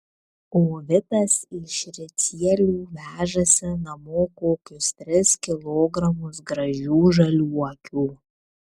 o vitas iš ricielių vežasi namo kokius tris kilogramus gražių žaliuokių